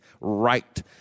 right